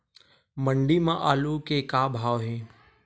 मंडी म आलू के का भाव हे?